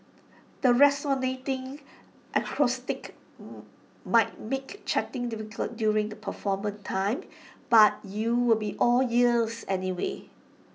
the resonating acoustics might make chatting difficult during the performance time but you will be all ears anyway